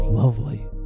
Lovely